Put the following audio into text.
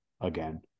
again